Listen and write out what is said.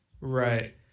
Right